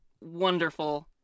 wonderful